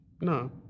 no